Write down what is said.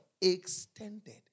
Extended